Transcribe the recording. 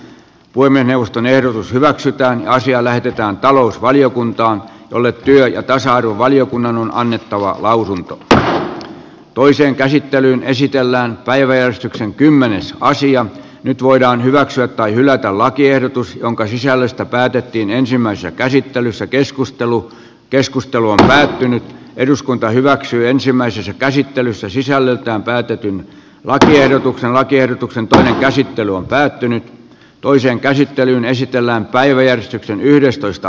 voimme neuvoston ehdotus hyväksytään asia lähetetään talousvaliokunta oli työ ja tasa arvovaliokunnan on annettava lausunto p h toiseen käsittelyyn esitellään päiväjärjestyksen kymmenessä asia nyt voidaan hyväksyä tai hylätä lakiehdotus jonka sisällöstä päätettiin ensimmäisessä käsittelyssä keskustelu keskustelu ja eduskunta hyväksyy ensimmäisessä käsittelyssä sisällöltään päätettiin laati ehdotuksen lakiehdotuksen käsittely on päättynyt toiseen käsittelyyn esitellään päiväjärjestyksen yhdestoista